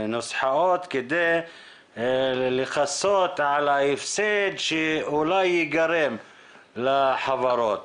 נוסחאות כדי לכסות על ההפסד שאולי ייגרם לחברות?